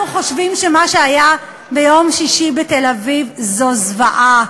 אנחנו חושבים שמה שהיה ביום שישי בתל-אביב זה זוועה,